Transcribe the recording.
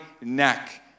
neck